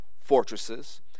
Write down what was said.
fortresses